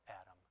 Adam